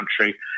country